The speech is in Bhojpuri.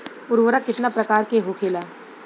उर्वरक कितना प्रकार के होखेला?